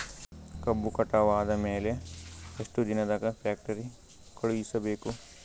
ಕಬ್ಬು ಕಟಾವ ಆದ ಮ್ಯಾಲೆ ಎಷ್ಟು ದಿನದಾಗ ಫ್ಯಾಕ್ಟರಿ ಕಳುಹಿಸಬೇಕು?